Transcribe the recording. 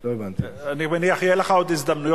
אני מניח שתהיה לך עוד הזדמנות,